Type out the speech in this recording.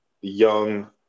young